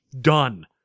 Done